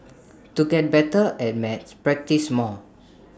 to get better at maths practise more